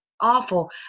awful